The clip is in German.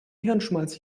hirnschmalz